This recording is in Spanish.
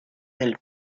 del